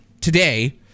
today